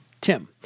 Tim